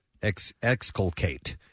exculcate